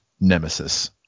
nemesis